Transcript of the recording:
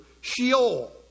Sheol